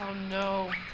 no